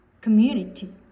community